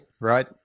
right